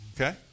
Okay